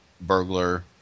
burglar